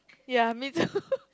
ya me too